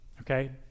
okay